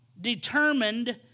Determined